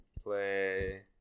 Play